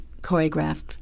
choreographed